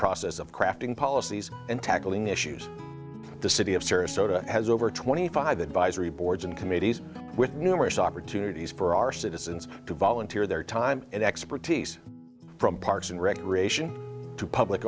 process of crafting policies and tackling issues the city of sarasota has over twenty five advisory boards and committees with numerous opportunities for our citizens to volunteer their time and expertise from parks and recreation to public